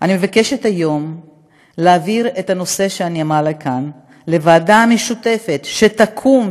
אני מבקשת היום להעביר את הנושא שאני מעלה כאן לוועדה משותפת שתקום,